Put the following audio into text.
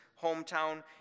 hometown